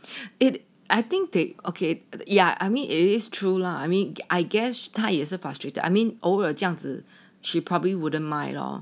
I_T I think they okay yeah I mean it's true lah I mean I guess 他也是 frustrated I mean 偶尔这样子 she probably wouldn't mind lor